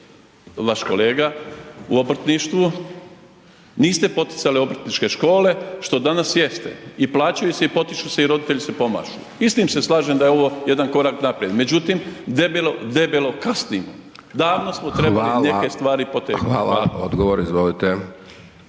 vaš kolega u obrtništvu, niste poticali obrtničke škole što danas jeste i plaćaju se i potiču se i roditelji se pomažu. I s tim se slažem da je ovo jedan korak naprijed, međutim debelo, debelo kasnimo. Davno smo trebali neke stvari potegnuti. **Hajdaš Dončić,